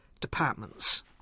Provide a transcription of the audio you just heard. departments